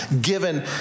given